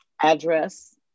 address